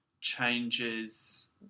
changes